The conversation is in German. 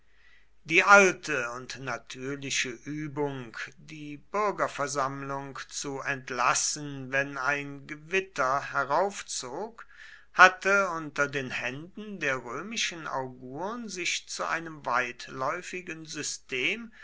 die alte und natürliche übung die bürgerversammlung zu entlassen wenn ein gewitter heraufzog hatte unter den händen der römischen augurn sich zu einem weitläufigen system